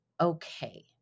okay